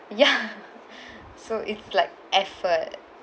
ya so it's like effort